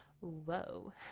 whoa